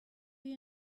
you